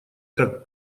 как